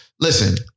Listen